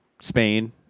Spain